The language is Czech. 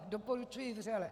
Doporučuji vřele.